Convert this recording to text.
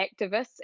activists